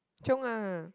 chiong ah